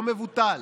לא מבוטל,